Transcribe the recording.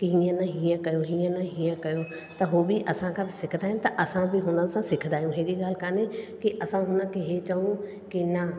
कि हीअं न हीअं कयो हीअं न हीअं कयो त उहो बि असां खां सिखंदा आहिनि त असां बि हुननि सां सिखंदा आहियूं अहिड़ी ॻाल्हि काने कि असां हुनखे इहे चवूं कि न